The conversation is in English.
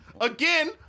Again